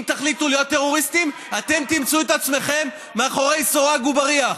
אם תחליטו להיות טרוריסטים אתם תמצאו את עצמכם מאחורי סורג ובריח.